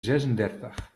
zesendertig